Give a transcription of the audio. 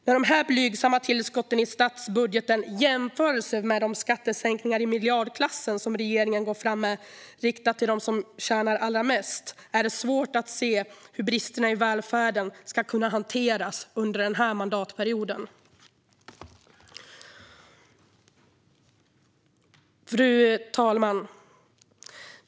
När de här blygsamma tillskotten i statsbudgeten jämförs med de skattesänkningar i miljardklassen som regeringen går fram med riktade till dem som tjänar allra mest är det svårt att se hur bristerna i välfärden ska kunna hanteras under den här mandatperioden. Fru talman!